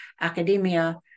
academia